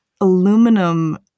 aluminum